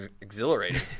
exhilarating